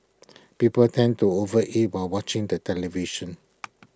people tend to overeat while watching the television